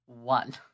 one